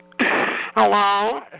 Hello